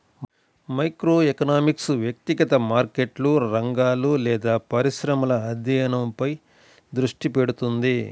microeconomics వ్యక్తిగత మార్కెట్లు, రంగాలు లేదా పరిశ్రమల అధ్యయనంపై దృష్టి పెడుతుంది